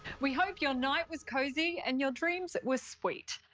we hope your night was cozy and your dreams were sweet.